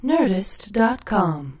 Nerdist.com